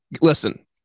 listen